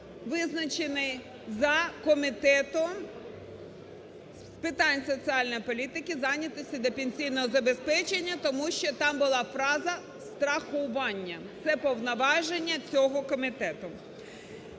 визначений за Комітетом з питань соціальної політики, зайнятості та пенсійного забезпечення, тому що там була фраза "страхування", це повноваження цього комітету.